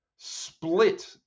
split